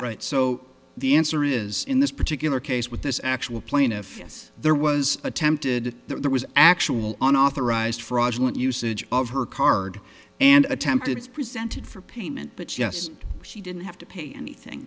right so the answer is in this particular case with this actual plaintiff yes there was attempted there was actual an authorized fraudulent usage of her card and attempted is presented for payment but yes she didn't have to pay anything